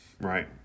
right